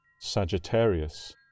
Sagittarius